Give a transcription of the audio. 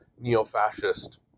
neo-fascist